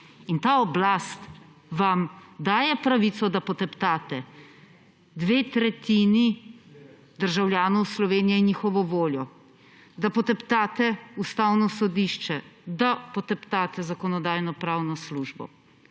In ta oblast vam daje pravico, da poteptate dve tretjini državljanov Slovenije in njihovo voljo, da poteptate Ustavno sodišče, da poteptate Zakonodajno-pravno službo.